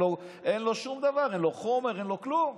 אין לו שום דבר, אין לו חומר, אין לו כלום.